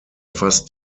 fast